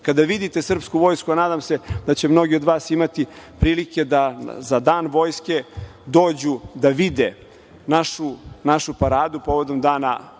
Kada vidite srpsku vojsku, a nadam se da će mnogi od vas imati prilike da za Dan Vojske dođu da vide našu paradu, povodom Dana